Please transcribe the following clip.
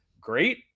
Great